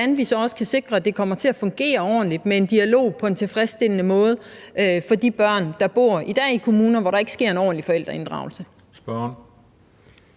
hvordan vi så også kan sikre, at det kommer til at fungere ordentligt med en dialog på en tilfredsstillende måde for de børn, der i dag bor i kommuner, hvor der ikke sker en ordentlig forældreinddragelse. Kl.